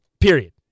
period